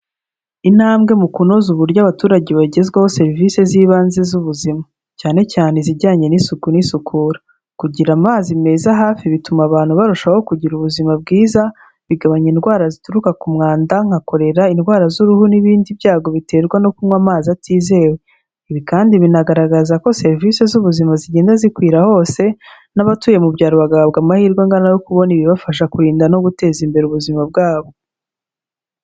Intambwe mu kunoza uburyo abaturage bagezwaho serivisi z'ibanze z'ubuzima. Cyane cyane izijyanye n'isuku n'isukura. Kugira amazi meza hafi bituma abantu barushaho kugira ubuzima bwiza, bigabanya indwara zituruka ku mwanda, nka Korera, indwara z'uruhu n'ibindi byago biterwa no kunywa amazi atizewe. Ibi kandi binagaragaza ko serivisi z'ubuzima zigenda zikwira hose, n'abatuye mu byaro bagahabwa amahirwe angana yo kubona ibibafasha kurinda no guteza imbere ubuzima bwabo.